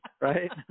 Right